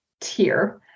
tier